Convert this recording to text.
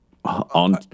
On